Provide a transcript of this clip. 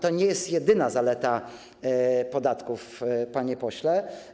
To nie jest jedyna zaleta podatków, panie pośle.